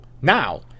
now